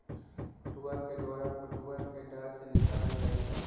पटूआ के डोरा पटूआ कें डार से निकालल जाइ छइ